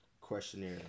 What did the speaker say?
questionnaire